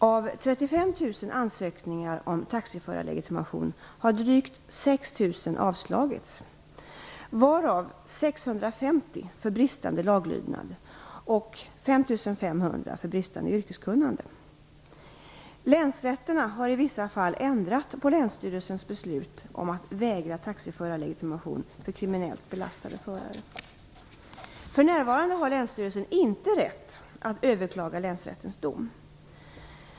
Av 35 000 ansökningar om taxiförarlegitimation har drygt 6 000 för bristande yrkeskunnande. Länsrätterna har i vissa fall ändrat på länsstyrelsens beslut om att vägra taxiförarlegitimation för kriminellt belastade taxiförare. För närvarande har länsstyrelsen inte rätt att överklaga länsrättens dom.